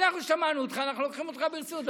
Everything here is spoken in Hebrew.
אנחנו שמענו אותך, אנחנו לוקחים אותך ברצינות.